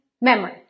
memory